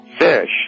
fish